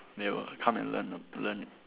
they will come and learn err learn it